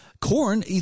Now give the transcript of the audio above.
corn